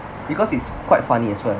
because it's quite funny as well